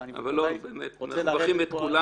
אבל באמת אנחנו מברכים את כולם.